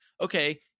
okay